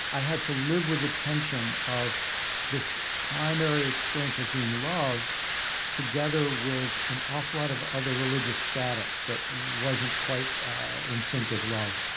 i had to live with the tension of this primary experience of being loved together with an awful lot of other religious static that wasn't quite in sync with love